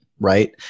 right